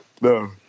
No